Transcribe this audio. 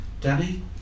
Danny